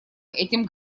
этим